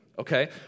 Okay